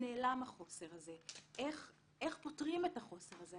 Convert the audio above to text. נעלם החוסר הזה, איך פותרים את החוסר הזה.